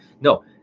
No